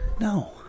No